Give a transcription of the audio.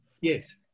Yes